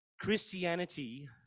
Christianity